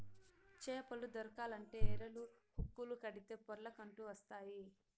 చేపలు దొరకాలంటే ఎరలు, హుక్కులు కడితే పొర్లకంటూ వస్తాయి